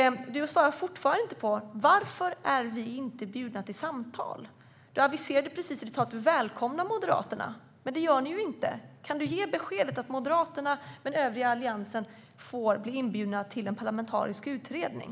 Du svarar fortfarande inte på varför vi inte är inbjudna till samtal. I ditt tal sa du att ni välkomnar Moderaterna, men det gör ni ju inte. Kan du ge beskedet att Moderaterna och den övriga Alliansen får bli inbjudna till en parlamentarisk utredning?